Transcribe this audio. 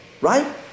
right